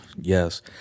Yes